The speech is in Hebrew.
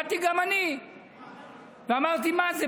באתי גם אני ואמרתי: מה זה,